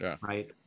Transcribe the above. right